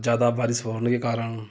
ज़्यादा बारिश होने के कारण